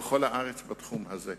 בכל הארץ בתחום הזה.